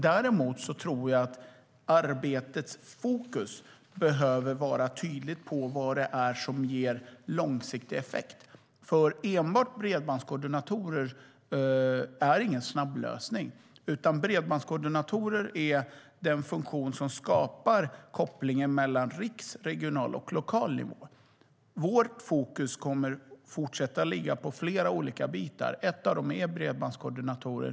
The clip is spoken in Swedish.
Däremot tror jag att arbetets fokus behöver vara tydligt när det gäller vad som ger långsiktig effekt. Enbart bredbandskoordinatorer innebär ingen snabblösning. Bredbandskoordinatorer är den funktion som skapar kopplingen mellan riksnivå, regional nivå och lokal nivå. Vårt fokus kommer att fortsätta att ligga på flera olika delar. En av dem är bredbandskoordinatorer.